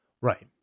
Right